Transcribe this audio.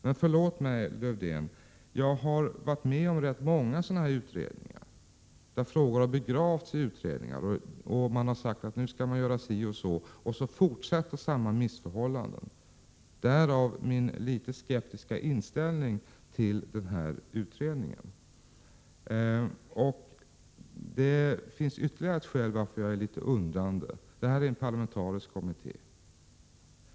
Men förlåt mig, Lars-Erik Lövdér, att jag säger att jag många gånger varit med om att frågor har begravts i utredningar. Man har sagt att nu skall man göra si eller så och ändå fortsätter samma missförhållanden. Därav min något skeptiska inställning till utredningen. Det finns ytterligare ett skäl till att jag är litet undrande. Detta är en parlamentariskt sammansatt kommitté.